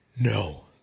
No